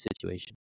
situation